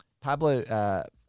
Pablo